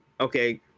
Okay